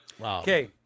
Okay